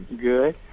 Good